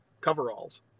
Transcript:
coveralls